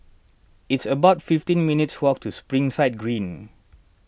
it's about fifteen minutes' walk to Springside Green